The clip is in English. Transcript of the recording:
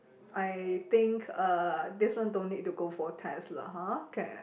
I think uh this one don't need to go for test lah ha